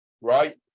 right